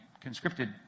conscripted